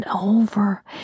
over